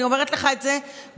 אני אומרת לך את זה באחריות,